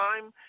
time